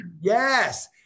Yes